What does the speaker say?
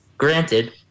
Granted